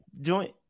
joint